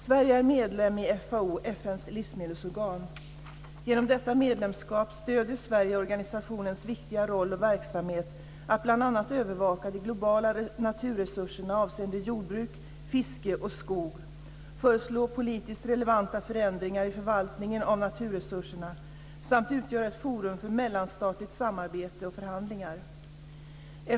Sverige är medlem i FAO, FN:s livsmedelsorgan. Genom detta medlemskap stöder Sverige organisationens viktiga roll och verksamhet att bl.a. övervaka de globala naturresurserna avseende jordbruk, fiske och skog, föreslå politiskt relevanta förändringar i förvaltningen av naturresurserna samt utgöra ett forum för mellanstatligt samarbete och förhandlingar.